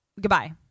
Goodbye